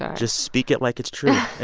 just speak it like it's true.